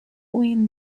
with